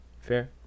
Fair